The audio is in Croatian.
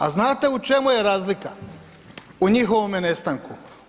A znate u čemu je razlika u njihovome nestanku?